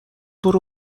برو